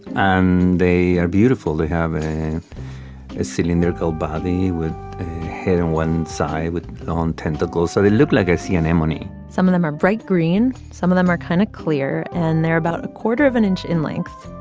and they are beautiful. they have a a cylindrical body with a head on and one side with long tentacles, so they look like a sea anemone some of them are bright green, some of them are kind of clear, and they're about a quarter of an inch in length.